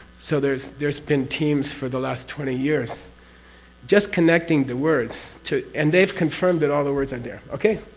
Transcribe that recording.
so there's there's been teams for the last twenty years just connecting the words to. and they've confirmed that all the words are there. okay?